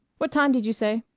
what time did you say?